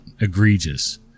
egregious